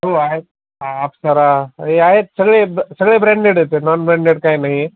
हो आहेत अप्सरा हे आहेत सगळे सगळे ब्रँडेड आहेत सर नॉन ब्रँडेड काय नाही